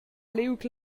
liug